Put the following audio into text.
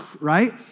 Right